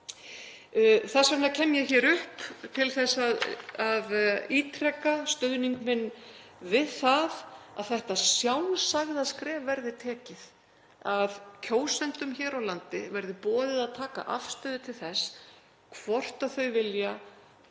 Þess vegna kem ég hér upp til að ítreka stuðning minn við það að þetta sjálfsagða skref verði tekið, að kjósendum hér á landi verði boðið að taka afstöðu til þess hvort þau vilja